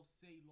say